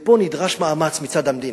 ופה נדרש מאמץ מצד המדינה,